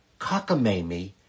cockamamie